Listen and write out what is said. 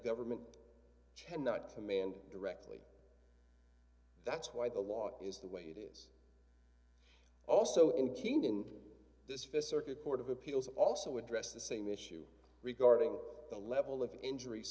government ten not command directly that's why the law is the way it is also in kenya in this st circuit court of appeals also address the same issue regarding d the level of injur